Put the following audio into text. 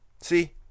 see